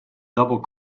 double